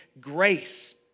grace